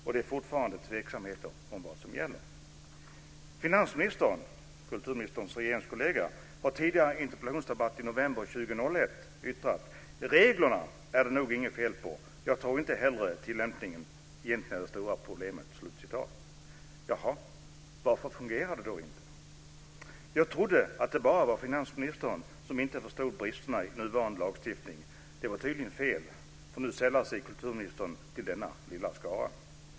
Det finns fortfarande tveksamheter om vad som gäller. Finansministern, kulturministerns regeringskollega, har i en tidigare interpellationsdebatt i november 2001 yttrat följande: Reglerna är det nog inget fel på. Jag tror inte heller att tillämpningen egentligen är det stora problemet. Jaha - varför fungerar det då inte? Jag trodde att det bara var finansministern som inte förstod bristerna i nuvarande lagstiftning. Det var tydligen fel, för nu sällar sig kulturministern till denna lilla skara.